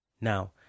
Now